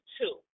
two